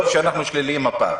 טוב אנחנו שליליים הפעם.